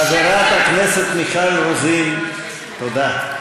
חברת הכנסת מיכל רוזין, תודה.